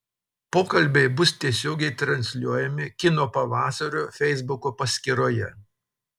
pokalbiai bus tiesiogiai transliuojami kino pavasario feisbuko paskyroje